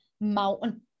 mountain